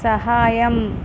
సహాయం